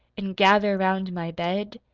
an' gather round my bed.